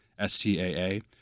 STAA